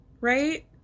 Right